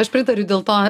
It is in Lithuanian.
aš pritariu dėl to